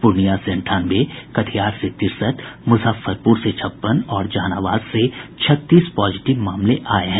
पूर्णिया से अंठानवे कटिहार से तिरेसठ मुजफ्फरपुर से छप्पन और जहानाबाद से छत्तीस पॉजिटिव मामले आये हैं